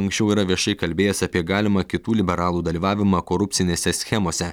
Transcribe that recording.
anksčiau yra viešai kalbėjęs apie galimą kitų liberalų dalyvavimą korupcinėse schemose